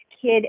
kid